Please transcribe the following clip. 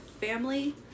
family